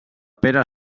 pere